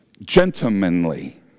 gentlemanly